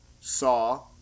saw